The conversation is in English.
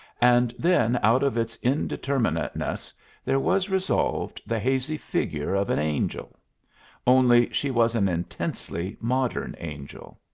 and then out of its indeterminateness there was resolved the hazy figure of an angel only, she was an intensely modern angel.